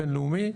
בין-לאומי,